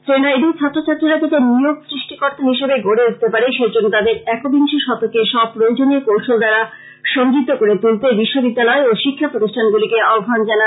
শ্রী নাইড় ছাত্র ছাত্রীরা যাতে নিয়োগ সৃষ্টি কর্তা হিসেবে গড়ে উঠতে পারে সেজন্য তাদের একবিংশ শতকের সব প্রয়োজনীয় কৌশল দ্বারা সমৃদ্ধ করে তুলতে বিশ্ববিদ্যালয় ও শিক্ষা প্রতিষ্ঠানগুলিকে আহ্বান জানান